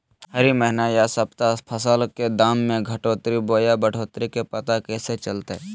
हरी महीना यह सप्ताह फसल के दाम में घटोतरी बोया बढ़ोतरी के पता कैसे चलतय?